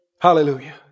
Hallelujah